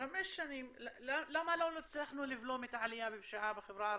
בחמש שנים למה לא הצלחנו לבלום את הפשיעה בחברה הערבית?